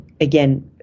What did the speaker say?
again